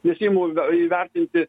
nesiimu įv įvertinti